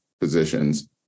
positions